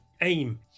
aim